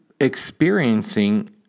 experiencing